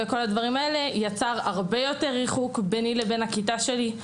זה יצר הרבה יותר ריחוק ביני לבין הכיתה שלי,